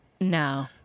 No